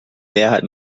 mehrheit